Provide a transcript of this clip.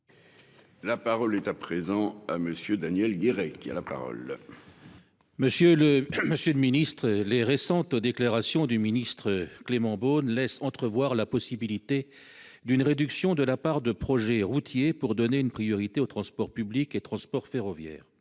et de la cohésion des territoires, chargé des transports. Monsieur le ministre, les récentes déclarations du ministre Clément Beaune laissent entrevoir la possibilité d'une réduction de la part des projets routiers, pour donner une priorité aux transports publics et aux transports ferroviaires.